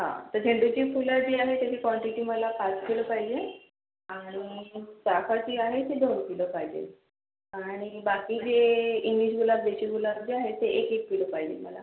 हा तर झेंडूची फुलं जी आहे त्याची क्वांटिटी मला पाच किलो पाहिजे आणि चाफाची आहे ते दोन किलो पाहिजेल आणि बाकी जे इंग्लिश गुलाब देशी गुलाब जे आहे ते एक एक किलो पाहिजेल मला